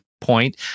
point